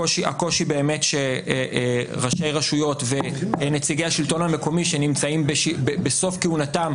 הקושי באמת שראשי רשויות ונציגי השלטון המקומי נמצאים בסוף כהונתם,